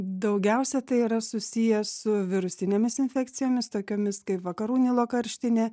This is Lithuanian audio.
daugiausia tai yra susiję su virusinėmis infekcijomis tokiomis kaip vakarų nilo karštinė